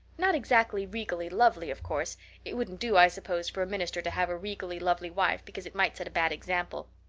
not exactly regally lovely, of course it wouldn't do, i suppose, for a minister to have a regally lovely wife, because it might set a bad example.